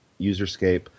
Userscape